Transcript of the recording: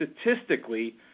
statistically